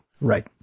Right